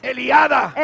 Eliada